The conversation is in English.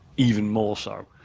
even more so.